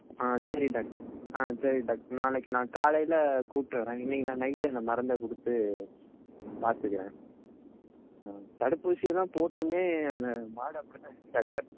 ஆ சரி டாக்டர் ஆ சரி டாக்டர் நாளைக்கு நான் காலையில் கூப்பிட்டு வரேன் இன்றைக்கி நான் நைட்டு அந்த மருந்தைக் கொடுத்துப் பார்த்துக்குறேன் தடுப்பூசியெல்லாம் போட்டுமே அந்த மாடு அப்படித்தான் இருக்குது டாக்டர்